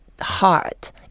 heart